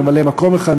ממלא-מקום אחד,